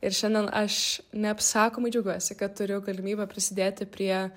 ir šiandien aš neapsakomai džiaugiuosi kad turiu galimybę prisidėti prie